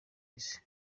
isi